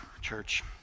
church